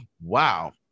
wow